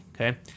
okay